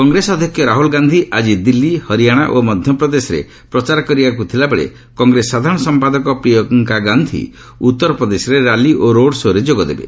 କଂଗ୍ରେସ ଅଧ୍ୟକ୍ଷ ରାହୁଲ ଗାନ୍ଧୀ ଆଜି ଦିଲ୍ଲୀ ହରିୟାଣା ଓ ମଧ୍ୟପ୍ରଦେଶରେ ପ୍ରଚାର କରିବାର ଥିବାବେଳେ କଂଗ୍ରେସ ସାଧାରଣ ସମ୍ପାଦକ ପ୍ରିୟଙ୍କା ଗାନ୍ଧୀ ଉତ୍ତରପ୍ରଦେଶରେ ର୍ୟାଲି ଓ ରୋଡ ଶୋରେ ଯୋଗଦେବେ